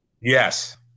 Yes